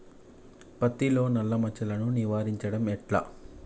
పత్తిలో నల్లా మచ్చలను నివారించడం ఎట్లా?